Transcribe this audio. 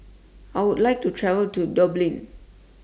I Would like to travel to Dublin